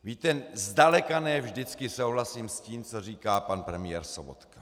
Víte, zdaleka ne vždycky souhlasím s tím, co říká pan premiér Sobotka.